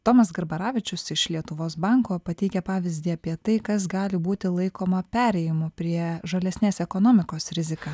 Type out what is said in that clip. tomas garbaravičius iš lietuvos banko pateikia pavyzdį apie tai kas gali būti laikoma perėjimu prie žalesnės ekonomikos rizika